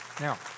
Now